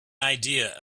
idea